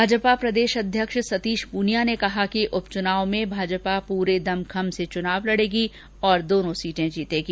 भाजपा के प्रदेश अध्यक्ष सतीश पूनिया ने कहा कि उपचुनाव में भाजपा पूरे दमखम से चुनाव लड़ेगी और दोनों सीटें जीतेगी